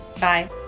Bye